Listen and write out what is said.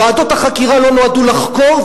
ועדות החקירה לא נועדו לחקור,